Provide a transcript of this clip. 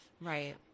Right